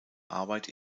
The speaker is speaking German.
arbeit